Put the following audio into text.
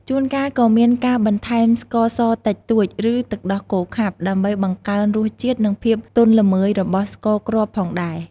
ជួនកាលក៏មានការបន្ថែមស្ករសតិចតួច ឬទឹកដោះគោខាប់ ដើម្បីបង្កើនរសជាតិ និងភាពទន់ល្មើយរបស់ស្ករគ្រាប់ផងដែរ។